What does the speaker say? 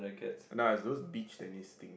nah it's those beach tennis thing